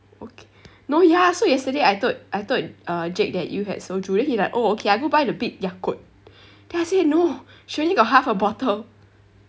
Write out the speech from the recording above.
okay no ya so yesterday I told I told uh jake that you had soju then he like oh okay I go and buy the big yakult then I say no she already got half a bottle